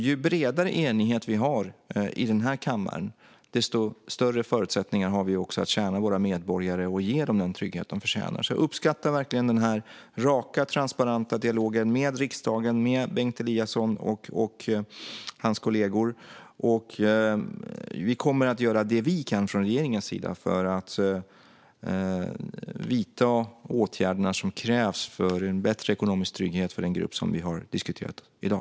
Ju bredare enighet vi har här i kammaren, desto större förutsättningar har vi att tjäna våra medborgare och ge dem den trygghet de förtjänar. Jag uppskattar verkligen den raka transparenta dialogen med riksdagen, Bengt Eliasson och hans kollegor. I regeringen kommer vi att göra vad vi kan för att vidta de åtgärder som krävs för att ge en bättre ekonomisk trygghet för den grupp som vi har diskuterat i dag.